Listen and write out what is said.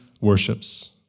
worships